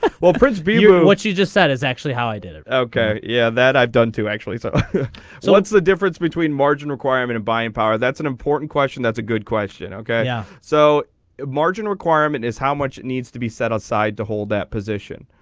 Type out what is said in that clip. well grins view of what you just said is actually how i did it okay yeah that i've done to actually so. so what's the difference between margin requirement and buying power that's an important question that's a good question okay yeah so the margin requirement is how much it needs to be set aside to hold that position.